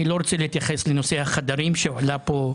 אני לא רוצה להתייחס לנושא החדרים שעלה פה.